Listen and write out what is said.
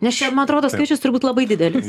nes čia man atrodo skaičius turbūt labai didelis